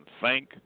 Thank